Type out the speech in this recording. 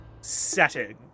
setting